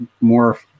more